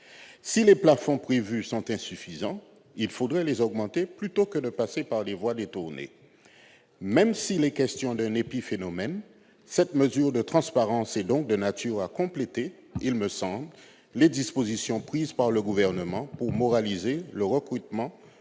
Si les plafonds prévus sont insuffisants, il faudrait les augmenter, plutôt que de passer par des voies détournées. Même si l'on parle d'un épiphénomène, cette mesure sert la transparence ; elle me semble donc de nature à compléter les dispositions proposées par le Gouvernement pour moraliser le recrutement